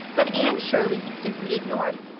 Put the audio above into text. but anne shirley he simply ignored,